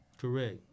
Correct